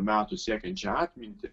metų siekiančią atmintį